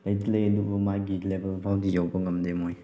ꯂꯩꯗꯤ ꯂꯩ ꯑꯗꯨꯕꯨ ꯃꯥꯒꯤ ꯂꯦꯕꯦꯜꯐꯥꯎꯗꯤ ꯌꯧꯕ ꯉꯝꯗꯦ ꯃꯣꯏ